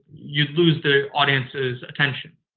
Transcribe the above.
you lose the audience's attention.